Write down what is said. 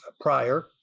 prior